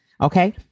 Okay